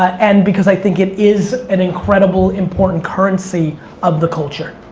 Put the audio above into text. and because i think it is an incredible important currency of the culture.